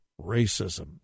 racism